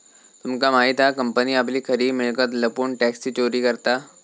तुमका माहित हा कंपनी आपली खरी मिळकत लपवून टॅक्सची चोरी करता